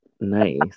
Nice